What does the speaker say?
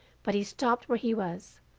but he stopped where he was,